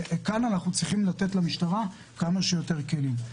כאן אנחנו צריכים לתת למשטרה כמה שיותר כלים.